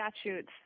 statutes